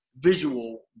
visual